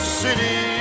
city